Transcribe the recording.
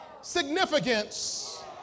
Significance